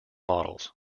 models